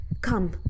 Come